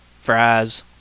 fries